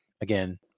again